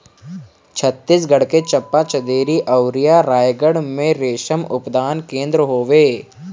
छतीसगढ़ के चंपा, चंदेरी अउरी रायगढ़ में रेशम उत्पादन केंद्र हवे